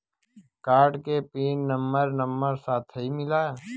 Card के PIN number number साथही मिला?